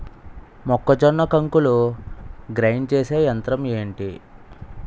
మొక్కజొన్న కంకులు గ్రైండ్ చేసే యంత్రం ఏంటి?